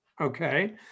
okay